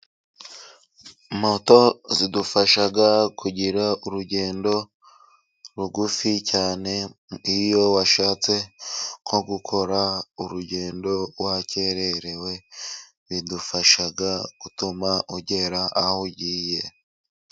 Moto zidufasha kugira urugendo rugufi cyane, iyo washatse nko gukora urugendo wakererewe bidufasha gutuma ugera aho ugiye.